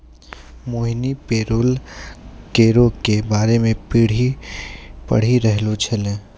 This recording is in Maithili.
मोहिनी पेरोल करो के बारे मे पढ़ि रहलो छलै